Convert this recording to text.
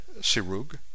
Sirug